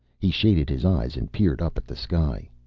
he shaded his eyes and peered up at the sky.